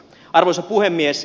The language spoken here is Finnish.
arvoisa puhemies